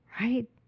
Right